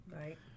Right